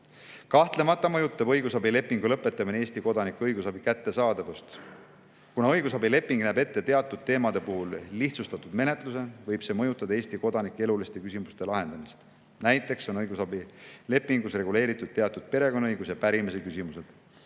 Kahtlemata mõjutab õigusabilepingu lõpetamine õigusabi kättesaadavust Eesti kodanikele. Kuna õigusabileping näeb ette teatud teemade puhul lihtsustatud menetluse, võib see mõjutada Eesti kodanike jaoks eluliste küsimuste lahendamist. Näiteks on õigusabilepingus reguleeritud teatud perekonnaõiguse ja pärimise küsimused.